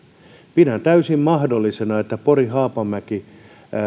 pidän täysin mahdollisena että pori haapamäki